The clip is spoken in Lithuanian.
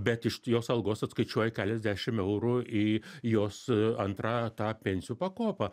bet iš jos algos atskaičiuoja keliasdešim eurų į jos antrą tą pensijų pakopą